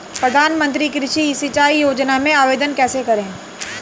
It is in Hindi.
प्रधानमंत्री कृषि सिंचाई योजना में आवेदन कैसे करें?